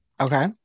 Okay